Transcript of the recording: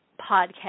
podcast